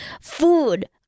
food